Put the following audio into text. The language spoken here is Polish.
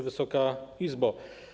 Wysoka Izbo!